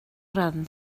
ran